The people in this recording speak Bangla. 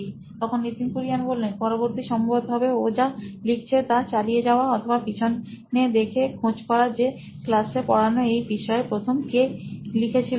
Nitin Kurian C O O নোইন ইলেক্ট্রনিক্স পরবর্তী সম্ভবত হবে ও যা লিখছে তা চালিয়ে যাওয়া অথবা পিছনে দেখে খোঁজ করা যে ক্লাসে পড়ানো এই বিষয়ে প্রথমে কি লিখেছিল